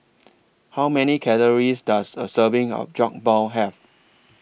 How Many Calories Does A Serving of Jokbal Have